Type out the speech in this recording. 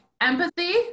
empathy